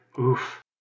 Oof